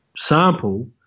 sample